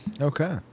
okay